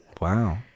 Wow